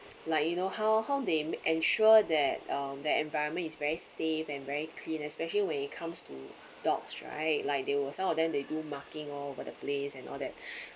like you know how how they ensure that um the environment is very safe and very clean especially when it comes to dogs right like they will some of them they do marking all over the place and all that